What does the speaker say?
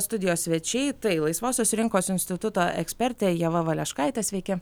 studijos svečiai tai laisvosios rinkos instituto ekspertė ieva valeškaitė sveiki